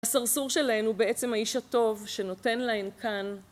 הסרסור שלהן הוא בעצם האיש הטוב שנותן להם כאן...